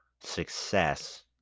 success